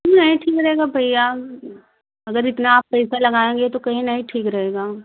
नहीं ठीक रहेगा भैया अगर इतना आप पैसा लगाएँगे तो कहीं नहीं ठीक रहेगा